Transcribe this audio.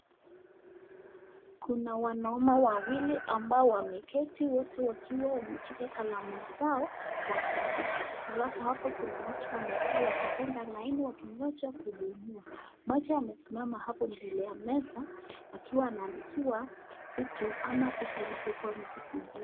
Kuna wanaume wawili ambao wote wameketi wakiwa wameshika kalamu zao wakiandika alafu hapa Kuna watu wamekaa wakipanga laini wakingoja kuhudumiwa maji yamesimama hapo mbele ya meza akiwa anaaandika vitu ama vitu alizokuwa anazikujia.